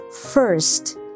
first